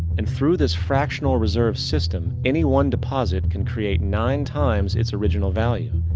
and through this fractional reserve system, any one deposit can create nine times its original value.